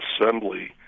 Assembly